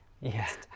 Yes